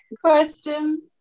question